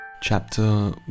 Chapter